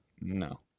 No